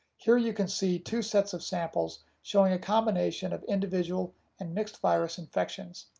here you can see two sets of samples showing a combination of individual and mixed virus infections.